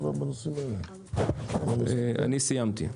אני סיימתי.